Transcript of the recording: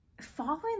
Following